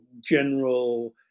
general